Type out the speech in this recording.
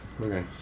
okay